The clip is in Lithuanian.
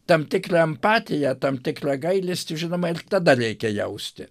tam tikrą empatiją tam tikrą gailestį žinoma ir tada reikia jausti